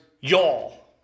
Y'all